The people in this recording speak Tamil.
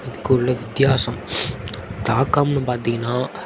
இதுக்குள்ள வித்தியாசம் தாக்கம்னு பார்த்தீங்கன்னா